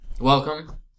welcome